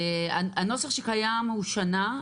הנוסח שקיים הוא שנה.